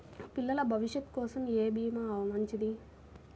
పిల్లల భవిష్యత్ కోసం ఏ భీమా మంచిది?